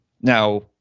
Now